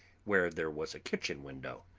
where there was a kitchen window.